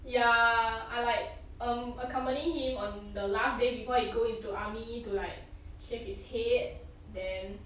ya I like um accompany him on the last day before he go into army to like shave his head then